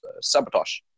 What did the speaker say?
Sabotage